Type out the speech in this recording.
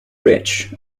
ridge